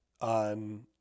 on